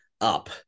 up